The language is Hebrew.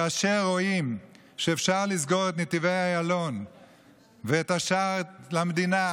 כאשר רואים שאפשר לסגור את נתיבי איילון ואת השער למדינה,